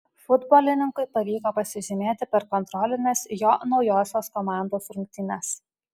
futbolininkui pavyko pasižymėti per kontrolines jo naujosios komandos rungtynes